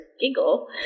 giggle